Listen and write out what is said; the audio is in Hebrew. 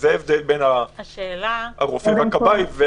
זה ההבדל בין הרופא לכבאי.